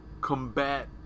combat